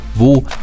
wo